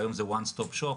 והיום זה one-stop shop.